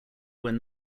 when